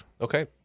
Okay